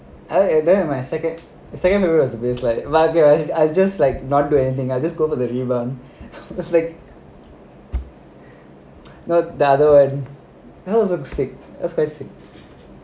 I err then my second second memories is the like I just like not doing anything I just go for the rebound is like no the other one that also sick